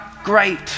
great